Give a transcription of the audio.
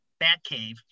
Batcave